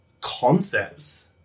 concepts